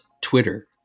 Twitter